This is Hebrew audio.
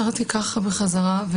חזרתי להיות עגונה בחזרה,